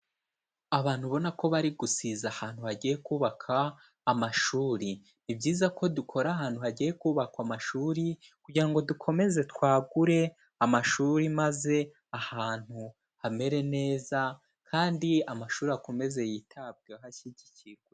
Abantu ubona ko bari gusiza ahantu hagiye kubakwa amashuri. Ni byiza ko dukora ahantu hagiye kubakwa amashuri kugira ngo dukomeze twagure amashuri maze ahantu hamere neza kandi amashuri akomeze yitabweho ashyigikiwe